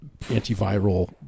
antiviral